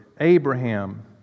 Abraham